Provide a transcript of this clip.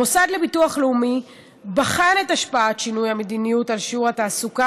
המוסד לביטוח לאומי בחן את השפעת שינוי המדיניות על שיעור התעסוקה